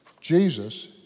Jesus